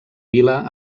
vila